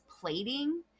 plating